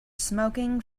smoking